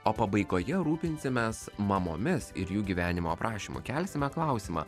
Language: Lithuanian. o pabaigoje rūpinsimės mamomis ir jų gyvenimo aprašymu kelsime klausimą